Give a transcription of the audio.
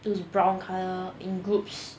those brown colour in groups